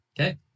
Okay